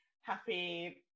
happy